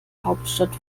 hauptstadt